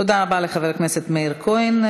תודה רבה לחבר הכנסת מאיר כהן.